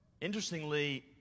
Interestingly